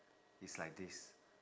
is like this